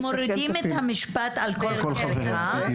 מורידים את המשפט: על כל חבריה,